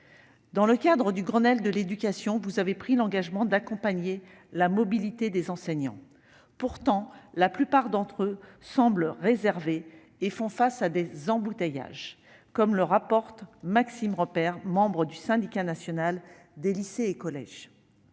Dans le cadre du Grenelle de l'éducation, le Gouvernement a pris l'engagement d'accompagner la mobilité des enseignants. Pourtant, la plupart d'entre eux semblent réservés et font face à des « embouteillages », selon le terme de Maxime Reppert, membre du Syndicat national des lycées, collèges,